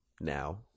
now